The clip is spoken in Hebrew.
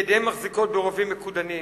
ידיהם מחזיקות ברובים מכודנים.